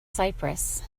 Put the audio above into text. cyprus